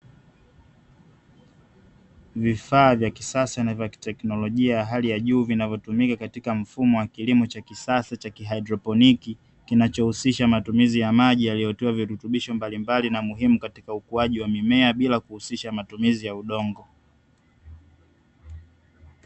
Vifaa vya kisasa na vya kiteknolojia ya hali ya juu vinavyotumika katika mfumo wa kilimo cha kisasa cha kihaidroponi, kinachohusisha matumizi ya maji yaliyotiwa virutubisho mbalimbali na muhimu katika mimea bila kihusisha matumizi ya udongo.